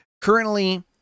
currently